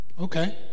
okay